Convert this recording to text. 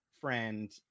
friend